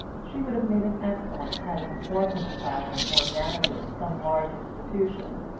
she would have made an excellent head of an orphan asylum or manager of some large institution,